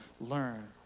learn